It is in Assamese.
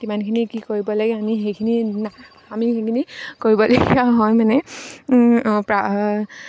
কিমানখিনি কি কৰিব লাগে আমি সেইখিনি আমি সেইখিনি কৰিবলগীয়া হয় মানে পা